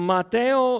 Mateo